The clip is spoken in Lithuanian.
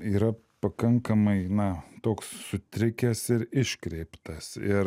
yra pakankamai na toks sutrikęs ir iškreiptas ir